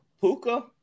Puka